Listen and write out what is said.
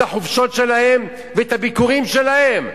את החופשות שלהם ואת הביקורים שלהם.